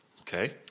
Okay